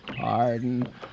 Pardon